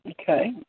Okay